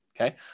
okay